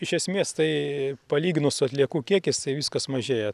iš esmės tai palyginus su atliekų kiekiais tai viskas mažėja